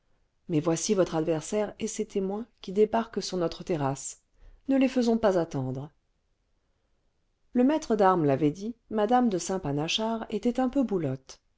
mais voici votre adversaire et ses témoins qui débarquent sur notre terrasse ne les faisons pas attendre le maître d'armes l'avait dit mme de saint panachard était un peu boulotte